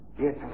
Yes